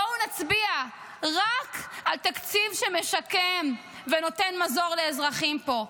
בואו נצביע רק על תקציב שמשקם ונותן מזור לאזרחים פה,